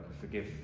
forgive